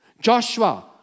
Joshua